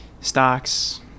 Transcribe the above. stocks